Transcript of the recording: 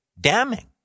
damning